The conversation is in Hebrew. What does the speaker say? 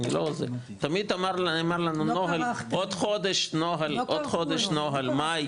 תמיד אמרתם עוד חודש נוהל מאי,